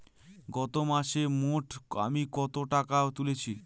গত মাসে মোট আমি কত টাকা তুলেছি?